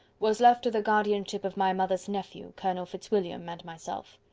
was left to the guardianship of my mother's nephew, colonel fitzwilliam, and myself.